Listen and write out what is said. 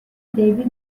دیوید